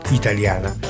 italiana